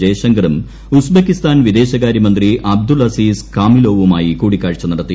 ജയ്ശങ്കറും Uzbekistan വിദേശകാര്യ മന്ത്രി Abdul Aziz കാമിലൊവുമായി കൂടിക്കാഴ്ച നടത്തി